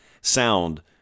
sound